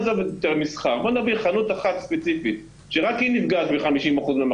היא עידוד התחסנות אז תאמרו האם הועילו חכמים בתקנתם או לא.